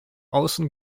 außen